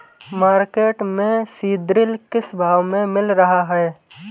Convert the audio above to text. Market में सीद्रिल किस भाव में मिल रहा है?